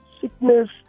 sickness